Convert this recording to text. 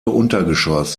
untergeschoss